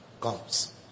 comes